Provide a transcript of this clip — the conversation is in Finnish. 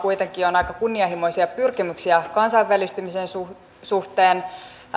on kuitenkin aika kunnianhimoisia pyrkimyksiä kansainvälistymisen suhteen